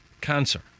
cancer